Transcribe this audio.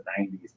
90s